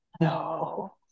No